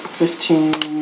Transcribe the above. fifteen